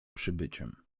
przybyciem